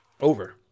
over